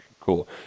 cool